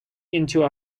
into